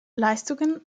leistungen